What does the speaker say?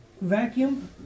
vacuum